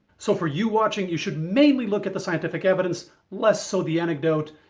so for you watching you should mainly look at the scientific evidence, less so the anecdote.